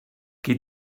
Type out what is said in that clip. qui